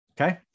okay